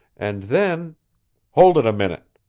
and then hold it a minute,